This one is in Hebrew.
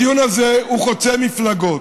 הדיון הזה הוא חוצה מפלגות.